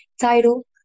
title